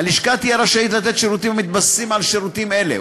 הלשכה תהיה רשאית לתת שירותים המתבססים על שירותים אלה,